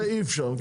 זה אי אפשר.